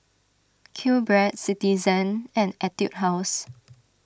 Q Bread Citizen and Etude House